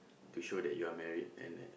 to show that you're married and that